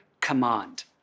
command